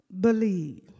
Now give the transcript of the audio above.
believe